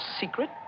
secret